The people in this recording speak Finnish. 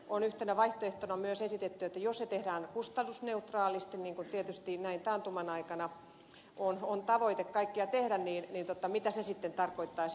on yhtenä vaihtoehtona myös esitetty että se tehdään kustannusneutraalisti niin kuin tietysti näin taantuman aikana on tavoite kaikkea tehdä ja selvitetty mitä se sitten tarkoittaisi